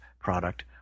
product